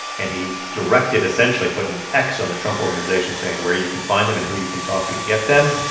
and he directed, essentially, put an x on the trump organization, saying where you can find them and who you can talk to to get them.